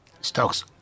stocks